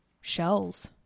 shells